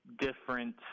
different